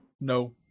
No